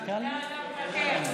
מוותר.